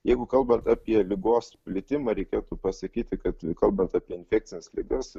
jeigu kalbant apie ligos plitimą reikėtų pasakyti kad kalbant apie infekcines ligas